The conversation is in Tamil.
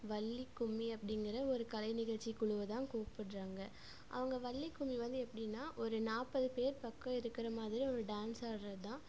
வள்ளி கும்மி அப்படிங்கிற ஒரு கலை நிகழ்ச்சி குழுவை தான் கூப்பிடுறாங்க அவங்க வள்ளி கும்மி வந்து எப்டின்னா ஒரு நாற்பது பேர் பக்கம் இருக்கிற மாதிரி ஒரு டான்ஸ் ஆடுறது தான்